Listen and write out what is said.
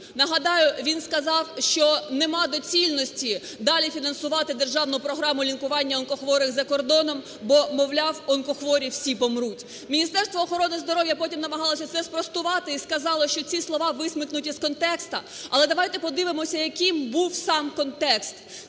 Нагадаю, він сказав, що немає доцільності далі фінансувати державну програму лікування онкохворих за кордоном, бо, мовляв, онкохворі всі помруть. Міністерство охорони здоров'я потім намагалося це спростувати і сказало, що ці слова висмикнуті з контексту. Але давайте подивимося, яким був сам контекст.